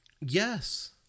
yes